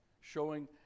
showing